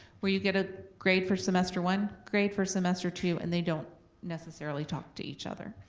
where you get a grade for semester one, grade for semester two, and they don't necessarily talk to each other.